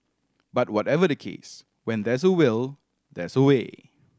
but whatever the case when there's a will there's a way